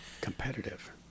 Competitive